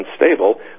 unstable